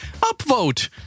upvote